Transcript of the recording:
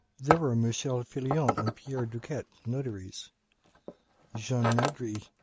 there were michel filion and pierre duquet, notaries jean madry,